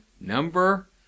number